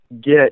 get